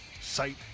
sight